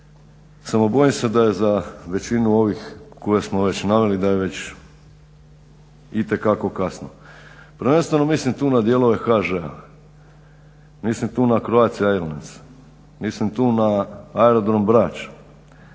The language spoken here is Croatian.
samo bojim se da je za većinu ovih koje smo već naveli da je već itekako kasno. Prvenstveno mislim tu na dijelove HŽ-a, mislim tu na Croatia airlines, mislim tu na aerodrom Brač,